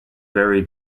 very